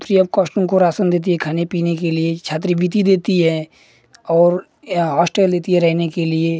free of cost उनको राशन देती है खाने पीने के लिए छात्रवृति देती हैं और या होश्टल देती है रहने के लिए